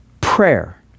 Prayer